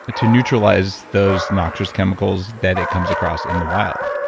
ah to neutralize those noxious chemicals that it comes across in the wild.